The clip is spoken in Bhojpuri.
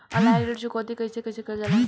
ऑनलाइन ऋण चुकौती कइसे कइसे कइल जाला?